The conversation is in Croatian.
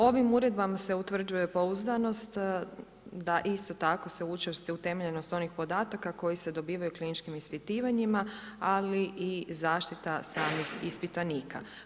Ovim uredbama se utvrđuje pouzdanost da isto tako se učvrsti utemeljenost onih podataka koji se dobivaju kliničkim ispitivanjima, ali i zaštita samih ispitanika.